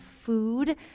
food